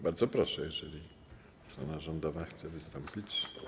Bardzo proszę, jeżeli strona rządowa chce wystąpić.